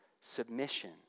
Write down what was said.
submission